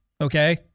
Okay